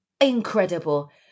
incredible